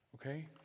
Okay